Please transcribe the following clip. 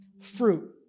fruit